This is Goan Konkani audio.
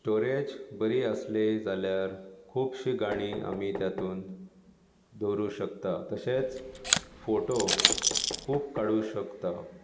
स्टोरेज बरी आसली जाल्यार खूबशीं गाणी आमी तातूंत दवरूं शकता तशेंच फोटो खूब काडू शकता